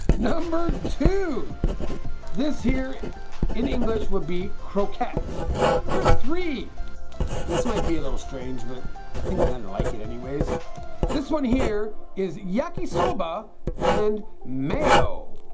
number two this here in english would be croquette number three this might be a little strange, but i like it anyways this one here is yakisoba and mayo